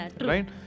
right